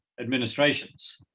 administrations